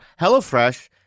HelloFresh